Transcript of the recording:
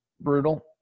brutal